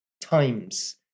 times